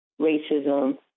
racism